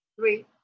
three